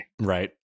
Right